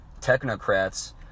technocrats